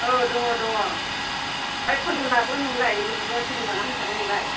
औ दङ दङ फाय खयजन लाबोगोन नोंलाय लोगोफोरखौहाय खयजन लाना फैफागोन नोंलाय